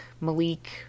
Malik